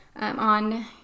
on